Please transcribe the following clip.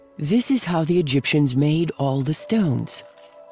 this is how the egyptians made all the stones.